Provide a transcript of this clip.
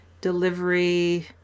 delivery